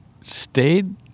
stayed